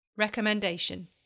Recommendation